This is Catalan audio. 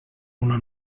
una